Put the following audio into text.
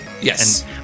Yes